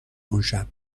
اونشب